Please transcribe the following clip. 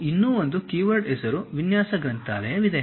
ಮತ್ತು ಇನ್ನೂ ಒಂದು ಕೀವರ್ಡ್ ಹೆಸರು ವಿನ್ಯಾಸ ಗ್ರಂಥಾಲಯವಿದೆ